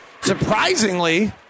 Surprisingly